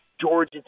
Georgia